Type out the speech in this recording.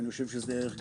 אני חושב שזה ערך גדול.